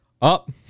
up